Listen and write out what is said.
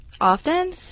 Often